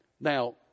Now